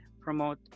promote